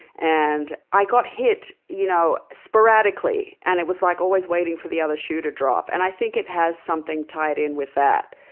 and i got hit you know sporadically, and it was like always waiting for the other shoe to drop. and i think it has something tied in with that,